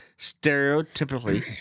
Stereotypically